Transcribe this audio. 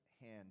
hand